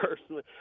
personally